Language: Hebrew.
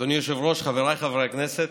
אדוני היושב-ראש, חבריי חברי הכנסת,